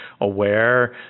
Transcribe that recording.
aware